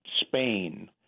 Spain